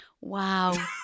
Wow